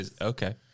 Okay